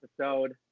episode